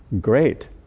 great